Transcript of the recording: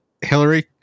Hillary